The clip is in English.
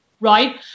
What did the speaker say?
Right